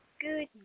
Good